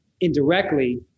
indirectly